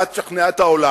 ואז תשכנע את העולם,